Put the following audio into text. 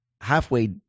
halfway